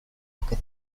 que